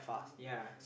ya